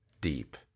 deep